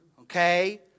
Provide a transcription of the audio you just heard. Okay